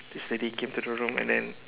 this lady came to the room and then